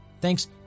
Thanks